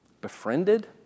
befriended